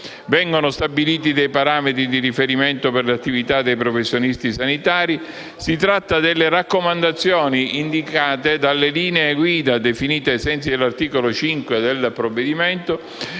Vengono stabiliti dei parametri di riferimento per le attività dei professionisti sanitari: si tratta delle raccomandazioni indicate dalle linee guida definite ai sensi dell'articolo 5 del provvedimento,